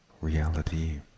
Reality